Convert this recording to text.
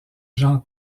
jean